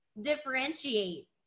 differentiate